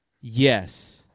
yes